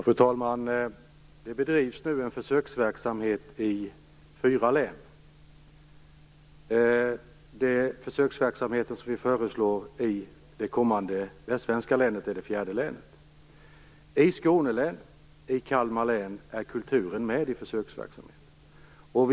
Fru talman! Det bedrivs nu en försöksverksamhet i fyra län. De försöksverksamheter som vi föreslår gäller det kommande västsvenska länet och det är det fjärde länet. I Skåne län och i Kalmar län finns kulturen med i försöksverksamheten.